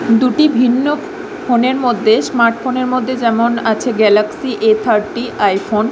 দুটি ভিন্ন ফোনের মধ্যে স্মার্টফোনের মধ্যে যেমন আছে গ্যালাক্সি এ থার্টি আইফোন